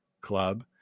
club